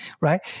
right